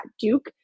Duke